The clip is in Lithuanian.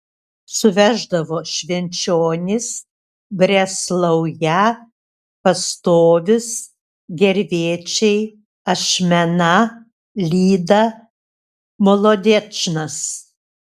suveždavo švenčionys brėslauja pastovis gervėčiai ašmena lyda molodečnas